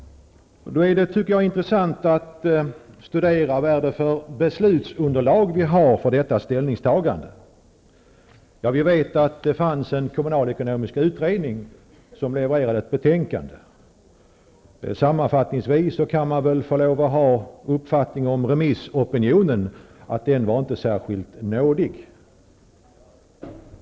Det är då intressant att studera vilket beslutsunderlag man har inför detta ställningstagande. Vi vet att det fanns en kommunalekonomisk utredning som levererade ett betänkande. Sammanfattningsvis kan man säga om remissopinionen att den inte var särskilt nådig.